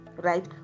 right